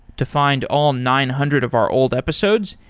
to find all nine hundred of our old episodes,